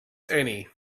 annie